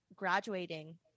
graduating